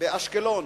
באשקלון